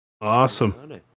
Awesome